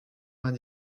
vingt